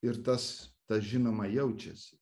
ir tas tas žinoma jaučiasi